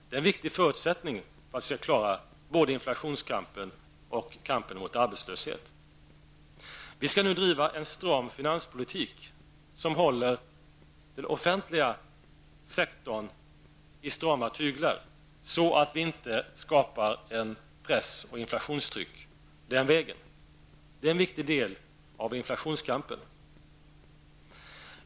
Det är en viktig förutsättning för att klara inflationskampen och kampen mot arbetslöshet. Vi skall nu driva en stram finanspolitik, som håller den offentliga sektorn i strama tyglar så att vi inte skapar en press och ett inflationstryck den vägen. Det är en viktig del av inflationskampen.